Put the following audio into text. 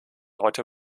heute